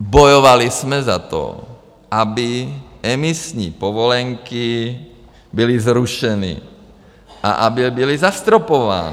Bojovali jsme za to, aby emisní povolenky byly zrušeny a aby byly zastropovány.